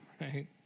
right